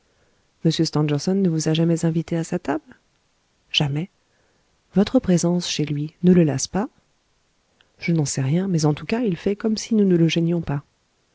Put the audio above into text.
stangerson ne vous a jamais invité à sa table jamais votre présence chez lui ne le lasse pas je n'en sais rien mais en tout cas il fait comme si nous ne le gênions pas